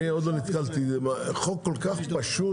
אני עוד לא נתקלתי בזה, חוק כל כך פשוט,